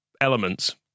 elements